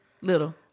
little